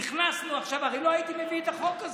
נכנסנו עכשיו, הרי לא הייתי מביא את החוק הזה,